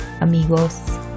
amigos